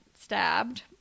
stabbed